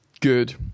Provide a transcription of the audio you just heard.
good